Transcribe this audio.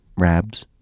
Rabs